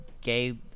gay